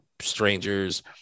strangers